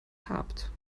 habt